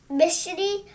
mystery